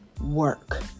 work